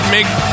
Make